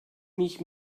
mich